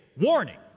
warning